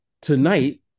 Tonight